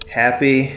happy